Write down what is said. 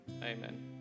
Amen